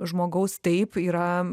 žmogaus taip yra